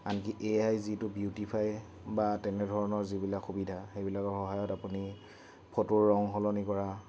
আনকি A I যিটো beautify বা তেনেধৰণৰ যিবিলাক সুবিধা সেইবিলাকৰ সহায়ত আপুনি ফটোৰ ৰং সলনি কৰা